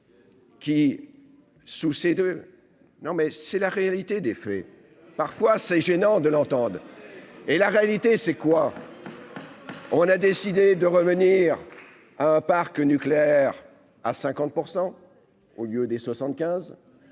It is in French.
Qui, sous ces deux non mais c'est la réalité des faits parfois c'est gênant de l'entende. Et la réalité c'est quoi, on a décidé de revenir parc nucléaire. à 50 % au lieu des 75